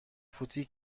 فوتی